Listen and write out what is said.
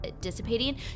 dissipating